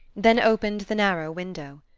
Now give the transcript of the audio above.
then opened the narrow window.